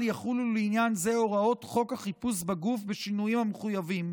יחולו לעניין זה הוראות חוק החיפוש בגוף בשינויים המחויבים.